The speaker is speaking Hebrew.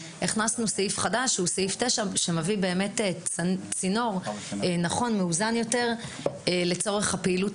הכנסנו סעיף חדש שהוא סעיף 9 שמביא צינור נכון ומאוזן יותר לצורך הפעילות